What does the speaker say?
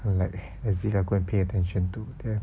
like as if I go and pay attention to them